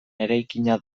eraikina